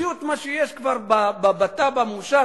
תוציאו את מה שכבר יש בתב"ע מאושרת,